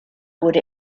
wurde